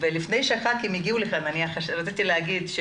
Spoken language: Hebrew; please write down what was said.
ולפני שהח"כים הגיעו לכאן רציתי להגיד,